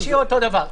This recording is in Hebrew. אז נשאיר אותו דבר.